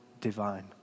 divine